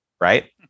Right